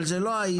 אבל זה לא האיש.